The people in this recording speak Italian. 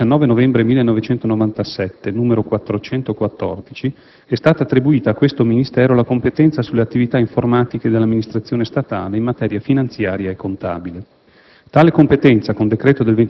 Inoltre, con il decreto legislativo 19 novembre 1997, n. 414, è stata attribuita a questo Ministero la competenza sulle attività informatiche dell'Amministrazione statale in materia finanziaria e contabile;